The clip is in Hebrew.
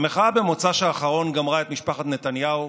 המחאה במוצאי שבת האחרון גמרה את משפחת נתניהו.